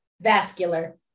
vascular